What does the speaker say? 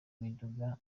miduga